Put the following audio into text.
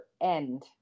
end